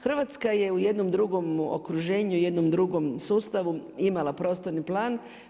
Hrvatska je u jednom drugom okruženju, jednom drugom sustavu imala prostorni plan.